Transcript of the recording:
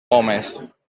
homes